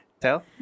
Tell